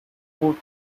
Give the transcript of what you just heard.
foot